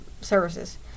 services